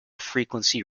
frequency